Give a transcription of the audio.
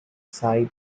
side